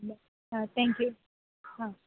आं thank you आं